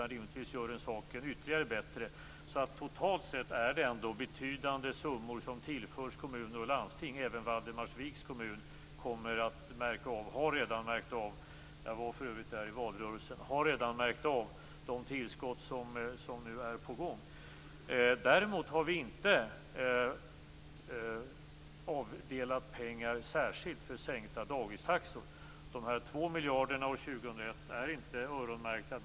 Rimligtvis gör det saken ytterligare bättre. Totalt sett är det ändå betydande summor som tillförs kommuner och landsting. Även Valdemarsviks kommun - jag var för övrigt där i valrörelsen - kommer att märka av och har redan märkt av de tillskott som nu är på gång. Däremot har vi inte särskilt avdelat pengar för sänkta dagistaxor. Dessa 2 miljarder år 2001 är inte öronmärkta.